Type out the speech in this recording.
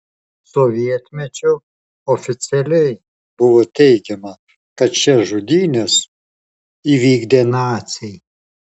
sovietmečiu oficialiai buvo teigiama kad šias žudynes įvykdė naciai